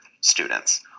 students